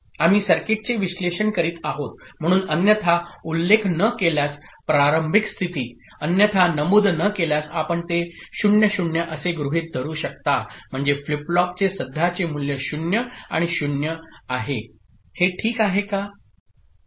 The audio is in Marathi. आम्ही सर्किटचे विश्लेषण करीत आहोत म्हणून अन्यथा उल्लेख न केल्यास प्रारंभिक स्थिती अन्यथा नमूद न केल्यास आपण ते 0 0 असे गृहीत धरू शकता म्हणजे फ्लिप फ्लॉपचे सध्याचे मूल्य 0 आणि 0 आहे हे ठीक आहे का